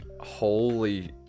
Holy